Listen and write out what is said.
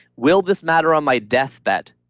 will this matter on my deathbed?